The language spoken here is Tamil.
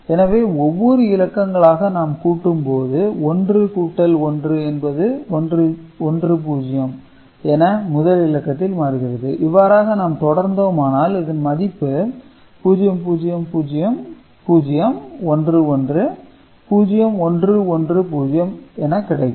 எனவே ஒவ்வொரு இலக்கங்களாக நாம் கூட்டும் போது 1 கூட்டல் 1 என்பது 1 0 என முதல் இலக்கத்தில் மாறுகிறது இவ்வாறாக நாம் தொடர்ந்தோமானால் இதன் மதிப்பு 00011 0110 கிடைக்கும்